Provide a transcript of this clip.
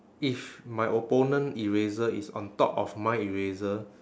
if my opponent eraser is on top of my eraser